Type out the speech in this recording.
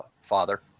father